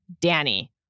Danny